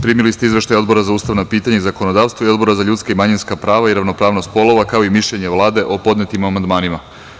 Primili ste izveštaje Odbora za ustavna pitanja i zakonodavstvo i Odbora za ljudska i manjinska prava i ravnopravnost polova, kao i mišljenje Vlade o podnetim amandmanima.